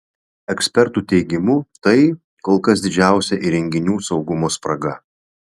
ekspertų teigimu tai kol kas didžiausia įrenginių saugumo spraga